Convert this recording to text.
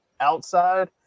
outside